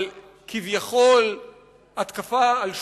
על כביכול התקפה של שוטרים,